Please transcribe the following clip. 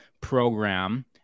program